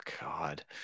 god